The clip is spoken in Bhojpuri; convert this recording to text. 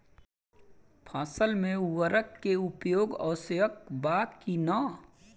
फसल में उर्वरक के उपयोग आवश्यक बा कि न?